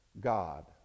God